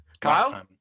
kyle